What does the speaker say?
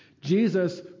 Jesus